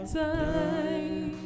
time